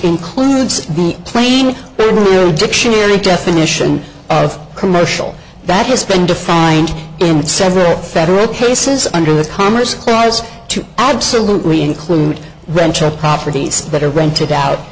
includes the playing dictionary definition of commercial that has been defined in several federal cases under the commerce clause to absolutely include rancho properties that are rented out